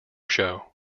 show